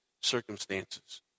circumstances